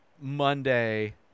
Monday